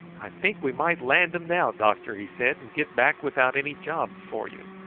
i think we might land em now, doctor he said, and get back without any jobs for you.